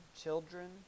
children